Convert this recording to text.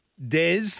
Des